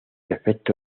efecto